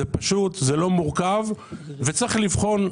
זה פשוט, זה לא מורכב, וצריך לבחון.